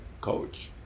coach